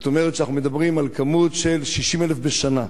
זאת אומרת שאנחנו מדברים על כמות של 60,000 בשנה.